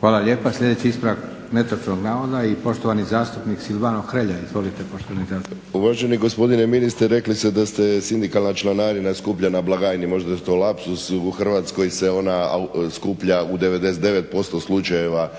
Hvala lijepa. Sljedeći ispravak netočnog navoda i poštovani zastupnik Silvano Hrelja. Izvolite poštovani zastupniče. **Hrelja, Silvano (HSU)** Uvaženi gospodine ministre rekli ste da se sindikalna članarina skuplja na blagajni, možda je to lapsus. U Hrvatskoj se ona skuplja u 99% slučajeva